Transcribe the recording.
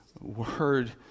Word